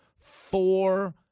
four